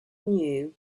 knew